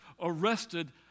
arrested